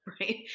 Right